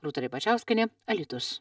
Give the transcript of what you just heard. rūta ribačiauskienė alytus